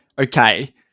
Okay